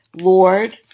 Lord